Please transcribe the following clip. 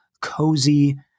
cozy